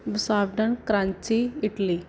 ਵਸਾਵਡਨ ਕਰੰਚੀ ਇਟਲੀ